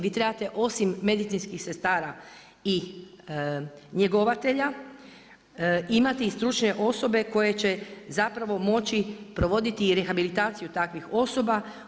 Vi trebate osim medicinskih sestara i njegovatelja imati i stručne osobe koje će zapravo moći provoditi i rehabilitaciju takvih osoba.